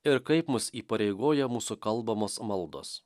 ir kaip mus įpareigoja mūsų kalbamos maldos